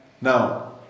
Now